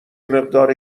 مقدار